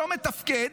שלא מתפקד,